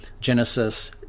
Genesis